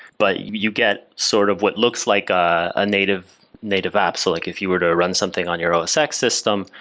but you get sort of what looks like a native native app. so like if you were to run something on your os x system,